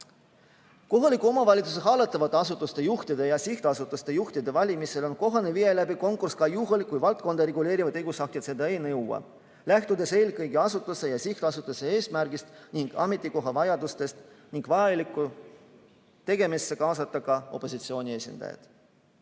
Kohaliku omavalitsuse hallatavate asutuste juhtide ja sihtasutuste juhtide valimisel on kohane viia läbi konkurss ka juhul, kui valdkonda reguleerivad õigusaktid seda ei nõua, lähtudes eelkõige asutuse ja sihtasutuse eesmärgist ning ametikoha vajadustest, samuti on vaja tegevustesse kaasata ka opositsiooni esindajad.